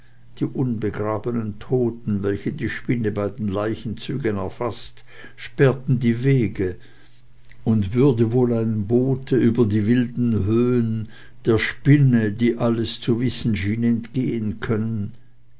die unbegrabenen toten welche die spinne bei den leichenzügen erfaßt sperrten die wege und würde wohl ein bote über die wilden höhen der spinne die alles zu wissen schien entgehen können